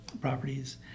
properties